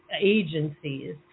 agencies